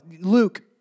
Luke